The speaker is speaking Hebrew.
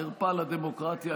חרפה לדמוקרטיה,